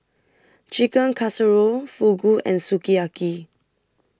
Chicken Casserole Fugu and Sukiyaki